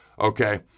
okay